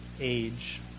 age